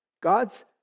God's